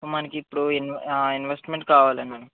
మనకి ఇప్పుడు invest investment కావాలి